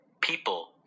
people